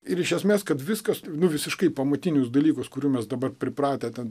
ir iš esmės kad viskas nu visiškai pamatinius dalykus kurių mes dabar pripratę ten